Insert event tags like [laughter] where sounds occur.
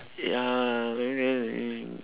ya okay okay [noise]